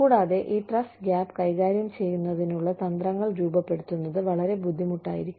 കൂടാതെ ഈ trust gap കൈകാര്യം ചെയ്യുന്നതിനുള്ള തന്ത്രങ്ങൾ രൂപപ്പെടുത്തുന്നത് വളരെ ബുദ്ധിമുട്ടായിരിക്കും